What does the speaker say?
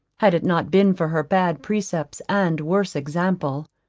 had it not been for her bad precepts and worse example.